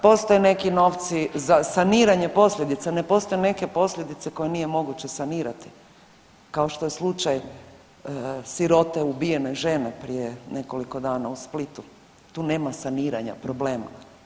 Postoje neki novci za saniranje posljedica, ne postoje neke posljedice koje nije moguće sanirati kao što je slučaj sirote ubijene žene prije nekoliko dana u Splitu, tu nema saniranja problema.